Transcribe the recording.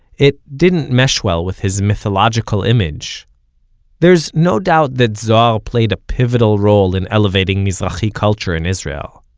it didn't mesh well with his mythological image there's no doubt that zohar played a pivotal role in elevating mizrahi culture in israel.